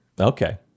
Okay